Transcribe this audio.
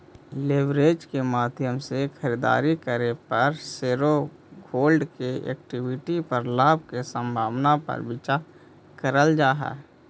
leverage के माध्यम से खरीदारी करे पर शेरहोल्डर्स के इक्विटी पर लाभ के संभावना पर विचार कईल जा हई